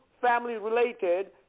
family-related